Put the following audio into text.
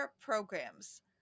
programs